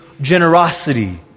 generosity